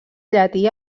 llatí